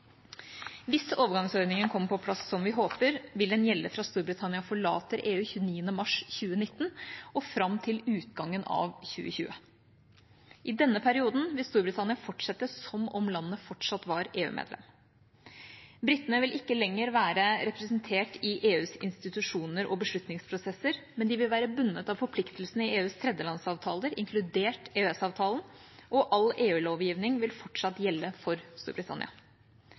Hvis overgangsordningen kommer på plass, som vi håper, vil den gjelde fra Storbritannia forlater EU 29. mars 2019 og fram til utgangen av 2020. I denne perioden vil Storbritannia fortsette som om landet fortsatt var EU-medlem. Britene vil ikke lenger være representert i EUs institusjoner og beslutningsprosesser, men de vil være bundet av forpliktelsene i EUs tredjelandsavtaler, inkludert EØS-avtalen, og all EU-lovgivning vil fortsatt gjelde for Storbritannia.